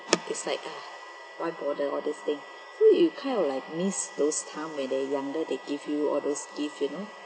it's like ah why bother all these thing so you kind of like miss those time when they younger they give you all those gift you know